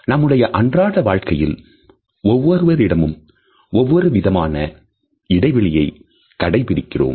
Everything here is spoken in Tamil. நம்முடைய அன்றாட வாழ்க்கையில் ஒவ்வொருவரிடமும் ஒவ்வொரு விதமான இடைவெளியை கடைபிடிக்கிறோம்